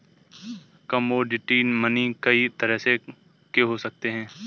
commodity money कई तरह के हो सकते हैं